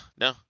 no